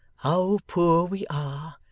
how poor we are,